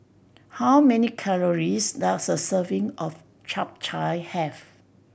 how many calories does a serving of Chap Chai have